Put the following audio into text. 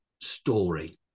story